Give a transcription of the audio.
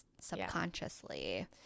subconsciously